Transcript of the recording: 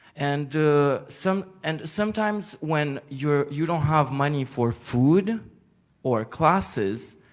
and some and sometimes when you're you don't have money for food or classes,